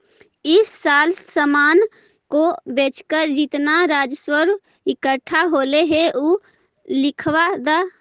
इस साल सामान को बेचकर जितना राजस्व इकट्ठा होलो हे उ लिखवा द